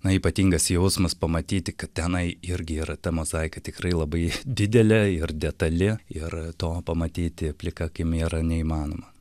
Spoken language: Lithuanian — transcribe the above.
na ypatingas jausmas pamatyti kad tenai irgi yra ta mozaika tikrai labai didelė ir detali ir to pamatyti plika akimi yra neįmanoma